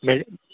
మే